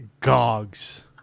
Gogs